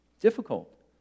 Difficult